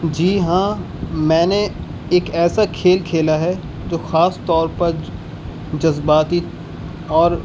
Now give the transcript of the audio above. جی ہاں میں نے ایک ایسا کھیل کھیلا ہے جو خاص طور پر جذباتی اور